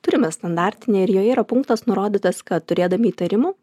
turime standartinę ir joje yra punktas nurodytas kad turėdami įtarimų